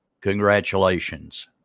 Congratulations